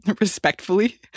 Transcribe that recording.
respectfully